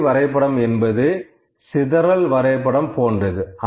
குமிழி வரைபடம் என்பது சிதறல் வரைபடம் போன்றது